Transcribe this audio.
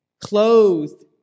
Clothed